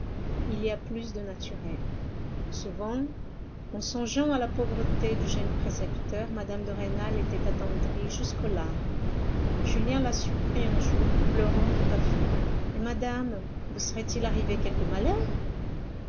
il y a plus de naturel souvent en songeant à la pauvreté du jeune précepteur mme de rênal était attendrie jusqu'aux larmes julien la surprit un jour pleurant tout à fait eh madame vous serait-il arrivé quelque malheur